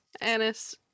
Anis